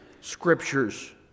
scriptures